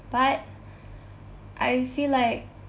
but I feel like